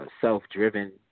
self-driven